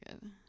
good